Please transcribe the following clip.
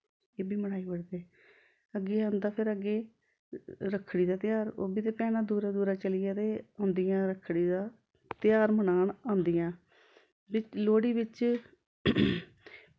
एह् बी बनाई ओड़दे अग्गें औंदा फिर अग्गें र रक्खड़ी दा तेहार ओह् बी ते भैनां दूरा दूरा चलियै ते औंदियां रक्खड़ी दा तेहार मनान औंदियां बि लोह्ड़ी बिच्च